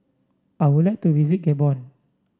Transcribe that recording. I would like to visit Gabon